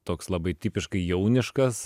toks labai tipiškai jauniškas